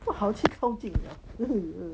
不好去靠近了 !eeyer!